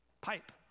pipe